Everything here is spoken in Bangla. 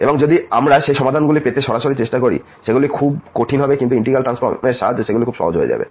এবং যদি আমরা সেই সমাধানগুলি পেতে সরাসরি চেষ্টা করি সেগুলি খুব কঠিন হবে কিন্তু ইন্টিগ্রাল ট্রান্সফর্ম এর সাহায্যে সেগুলি খুব সহজ হয়ে যাবে